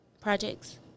Projects